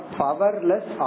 powerless